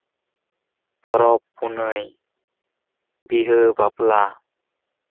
ᱯᱚᱨᱚᱵᱽᱼᱯᱩᱱᱟᱹᱭ ᱵᱤᱦᱟᱹᱼᱵᱟᱯᱞᱟ